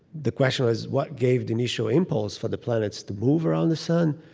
the question was what gave the initial impulse for the planets to move around the sun.